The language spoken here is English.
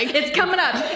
it's coming up.